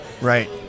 Right